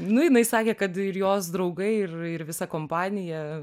nu jinai sakė kad ir jos draugai ir ir visa kompanija